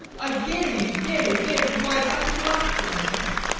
i gave, gave, gave until i had nothing left for myself.